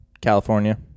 California